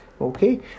okay